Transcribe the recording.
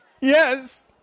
Yes